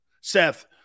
Seth